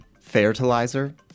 Fertilizer